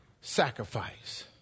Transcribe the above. sacrifice